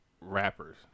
rappers